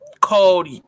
Called